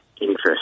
interest